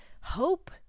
hope